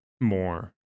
more